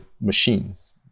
machines